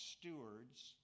stewards